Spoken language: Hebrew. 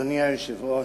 אדוני היושב-ראש,